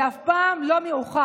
זה אף פעם לא מאוחר.